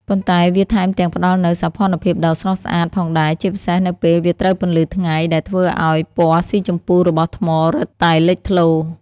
ប៉ុន្តែវាថែមទាំងផ្តល់នូវ សោភ័ណភាពដ៏ស្រស់ស្អាត ផងដែរ ជាពិសេសនៅពេលវាត្រូវពន្លឺថ្ងៃ ដែលធ្វើឱ្យពណ៌ស៊ីជម្ពូរបស់ថ្មរឹតតែលេចធ្លោ។